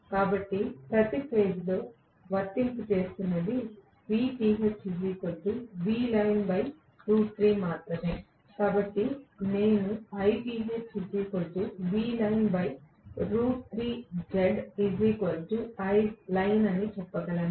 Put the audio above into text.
కాబట్టి నేను ప్రతి ఫేజ్ లో వర్తింపు చేస్తున్నది మాత్రమే కాబట్టి నేను చెప్పగలను